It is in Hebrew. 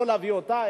לא להביא אותה,